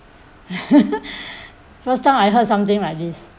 first time I heard something like this